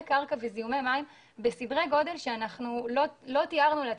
קרקע ומים בסדרי גודל שלא תיארנו לעצמנו.